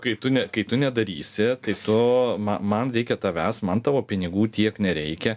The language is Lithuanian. kai tu ne kai tu nedarysi tai tu man reikia tavęs man tavo pinigų tiek nereikia